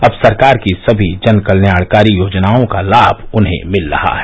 अब सरकार की सभी जनकल्याणकारी योजनाओं का लाभ उन्हें मिल रहा है